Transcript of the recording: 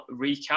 recap